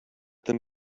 them